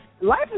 Life